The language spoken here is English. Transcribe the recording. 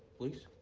please?